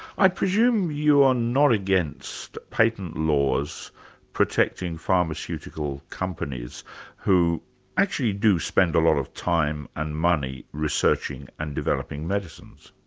i presume you are not against patent laws protecting pharmaceutical companies who actually do spend a lot of time and money researching and developing medicines?